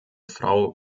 frau